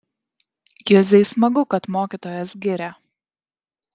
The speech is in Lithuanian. juzei smagu kad mokytojas giria